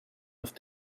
auf